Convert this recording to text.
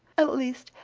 at least,